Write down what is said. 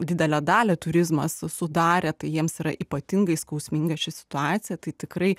didelę dalį turizmas sudarė tai jiems yra ypatingai skausminga ši situacija tai tikrai